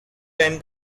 time